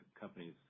companies